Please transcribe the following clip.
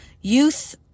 youth